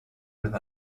with